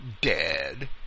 dead